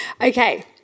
Okay